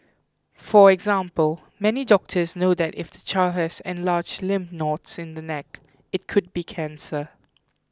for example many doctors know that if the child has enlarged lymph nodes in the neck it could be cancer